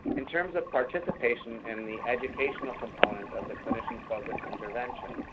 in terms of participation in the educational component of the clinician focused intervention,